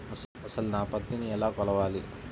అసలు నా పత్తిని ఎలా కొలవాలి?